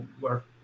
work